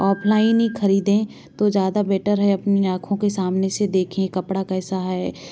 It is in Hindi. ऑफ़लाइन ही ख़रीदें तो ज़्यादा बेटर है अपनी आँखों के सामने से देखें कपड़ा कैसा है